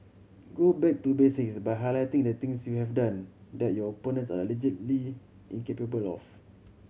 go back to basics by highlighting the things you have done that your opponents are allegedly incapable of